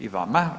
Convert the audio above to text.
I vama.